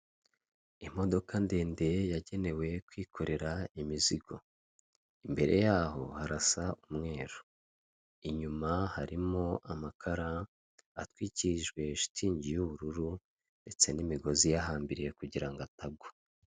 Imodoka y'ibara ry'umukara itambuka mu muhanda, uruzitiro rugizwe n'ibyuma ndetse n'amatafari ahiye, umuferege unyuramo amazi wugarijwe cyangwa se ufunzwe